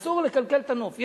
אסור לקלקל את הנוף.